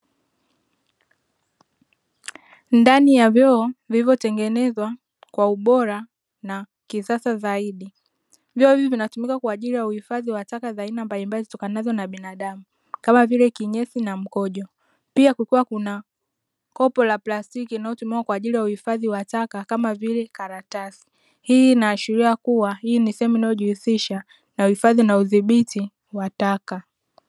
Ndani ya vyoo vilivyotengenezwa kwa ubora na kisasa zaidi, vyoo hivi vinatumika kwa ajili ya uhifadhi wa taka za aina mbalimbali zitokanazo na binadamu, kama vile; kinyesi na mkojo, pia kukiwa kuna kopo la plastiki linalotumiwa kwa ajili ya uhifadhi wa taka kama vile karatasi, hii inaashiria kuwa hii ni sehemu inayojihusisha na uhifadhi na udhibiti wa taka.